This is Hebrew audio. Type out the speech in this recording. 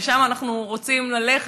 לשם אנחנו רוצים ללכת,